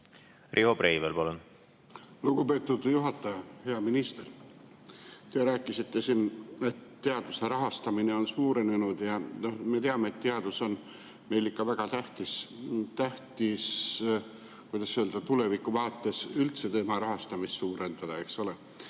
Riho Breivel, palun! Aitäh, lugupeetud juhataja! Hea minister! Te rääkisite siin, et teaduse rahastamine on suurenenud. Ja me teame, et teadus on meil ikka väga tähtis ja tähtis on, kuidas öelda, tulevikuvaates üldse tema rahastamist suurendada. Selles